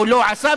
או לא עשה,